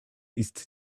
ist